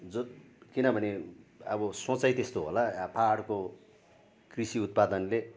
जो किनभने अब सोचाइ यस्तो होला पाहाडको कृषि उत्पादनले